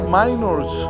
minors